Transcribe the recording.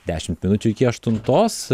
dešimt minučių iki aštuntos